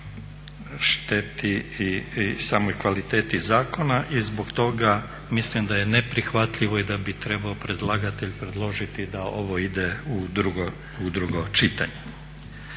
šteti i samoj kvaliteti zakona i zbog toga mislim da je neprihvatljivo i da bi trebao predlagatelj predložiti da ovo ide u drugo čitanje.